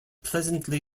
pleasantly